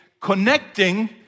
connecting